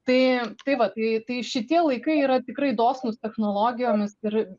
tai tai va tai tai šitie laikai yra tikrai dosnūs technologijomis ir